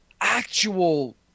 actual